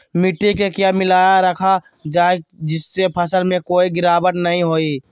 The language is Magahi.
मिट्टी में क्या मिलाया रखा जाए जिससे फसल में कोई गिरावट नहीं होई?